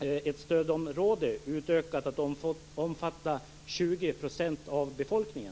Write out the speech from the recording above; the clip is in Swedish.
ett stödområde utökat till att omfatta 20 % av befolkningen?